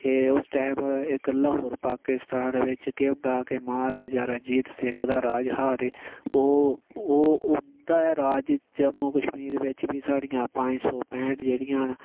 ते उस टैम बिच इक ल्हौर पाकिस्तान बिच केह् होंदा हा कि महाराजा रंजीत सिंह दा राज हा ते ओह् ओह् उं'दा राज जम्मू कश्मीर बिच साढ़ियां पंज सौै पैंह्ट जेह्ड़ियां न